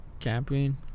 camping